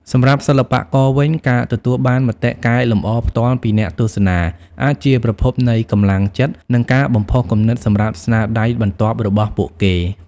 សម្រាប់សិល្បករវិញ ការទទួលបានមតិកែលម្អផ្ទាល់ពីអ្នកទស្សនាអាចជាប្រភពនៃកម្លាំងចិត្ត និងការបំផុសគំនិតសម្រាប់ស្នាដៃបន្ទាប់របស់ពួកគេ។